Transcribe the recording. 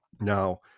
Now